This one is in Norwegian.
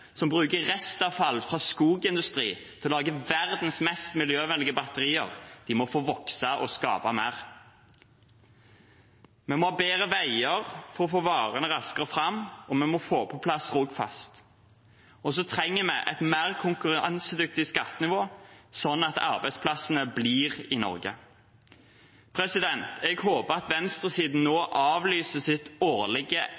som bruker restavfall fra skogsindustrien til å lage verdens mest miljøvennlige batterier, må få vokse og skape mer. Vi må ha bedre veier for å få varene raskere fram, og vi må få på plass Rogfast. Så trenger vi et mer konkurransedyktig skattenivå, slik at arbeidsplassene blir i Norge. Jeg håper at venstresiden